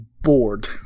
bored